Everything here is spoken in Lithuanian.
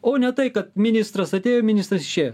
o ne tai kad ministras atėjo ministras išėjo